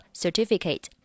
certificate